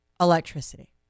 electricity